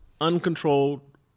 uncontrolled